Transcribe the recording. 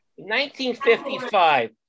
1955